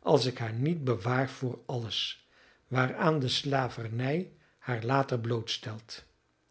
als ik haar niet bewaar voor alles waaraan de slavernij haar later